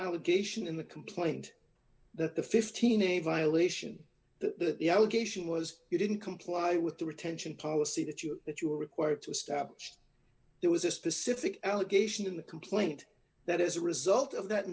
allegation in the complaint that the fifteen a violation that the allegation was you didn't comply with the retention policy that you that you were required to establish there was a specific allegation in the complaint that as a result of that